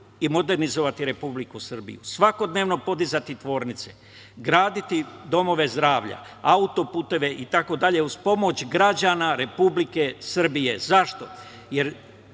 i modernizovati Republiku Srbiju, svakodnevno podizati tvornice, graditi domove zdravlja, auto puteve, itd. uz pomoć građana Republike Srbije.